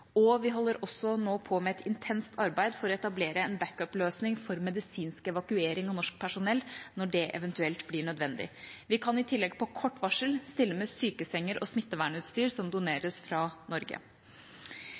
og vi holder også nå på med et intenst arbeid for å etablere en back up-løsning for medisinsk evakuering av norsk personell når det eventuelt blir nødvendig. Vi kan i tillegg på kort varsel stille med sykesenger og smittevernutstyr som